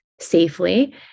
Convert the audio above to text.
safely